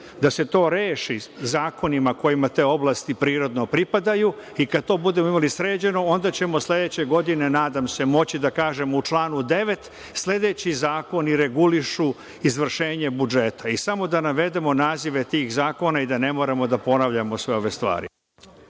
da se to reši zakonima kojima te oblasti prirodno pripadaju i kad to budemo imali sređeno onda ćemo sledeće godine, nadam se, moći da kažemo – u članu 9. sledeći zakoni regulišu izvršenje budžeta i samo da navedemo nazive tih zakona i da ne moramo da ponavljamo sve ove stvar.